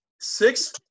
Six